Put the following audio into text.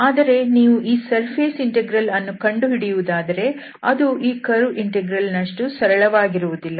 ಆದರೆ ನೀವು ಈ ಸರ್ಫೇಸ್ ಇಂಟೆಗ್ರಲ್ ಅನ್ನು ಕಂಡುಹಿಡಿಯುವುದಾದರೆ ಅದು ಈ ಕರ್ವ್ ಇಂಟೆಗ್ರಲ್ ನಷ್ಟು ಸರಳವಾಗಿರುವುದಿಲ್ಲ